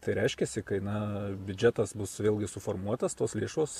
tai reiškiasi kai na biudžetas bus vėlgi suformuotas tos lėšos